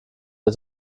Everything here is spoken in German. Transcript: der